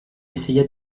essaya